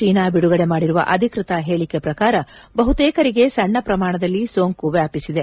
China ಬಿಡುಗಡೆ ಮಾಡಿರುವ ಅಧಿಕೃತ ಹೇಳಿಕೆ ಪ್ರಕಾರ ಬಹುತೇಕರಿಗೆ ಸಣ್ಣ ಪ್ರಮಾಣದಲ್ಲಿ ಸೋಂಕು ವ್ಯಾಪಿಸಿದೆ